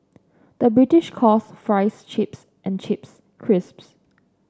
the British calls fries chips and chips crisps